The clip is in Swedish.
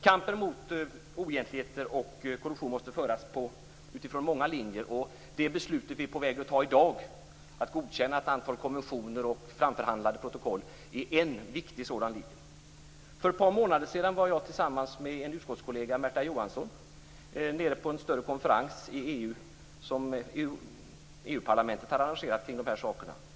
Kampen mot oegentligheter och korruption måste föras utifrån många linjer. Det beslut vi är på väg att fatta i dag, att godkänna ett antal konventioner och framförhandlade protokoll, är en viktig sådan linje. För ett par månader sedan var jag tillsammans med en utskottskollega, Märta Johansson, på en större konferens i EU som EU-parlamentet hade arrangerat kring de här sakerna.